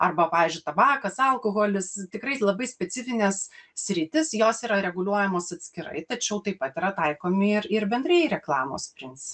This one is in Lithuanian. arba pavyzdžiui tabakas alkoholis tikrai labai specifinės sritys jos yra reguliuojamos atskirai tačiau taip pat yra taikomi ir ir bendrai reklamos princ